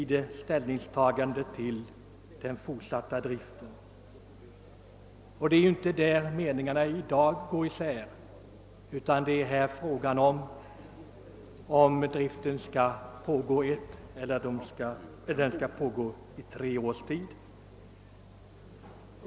Det är emellertid inte på den punkten meningarna i dag går isär, utan det är i fråga om huruvida driften skall pågå i ett eller tre års tid.